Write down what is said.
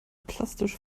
plastisch